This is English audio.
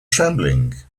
trembling